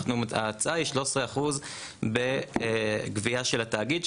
ההצעה היא 13% בגבייה של התאגיד.